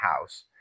house